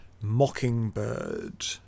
Mockingbird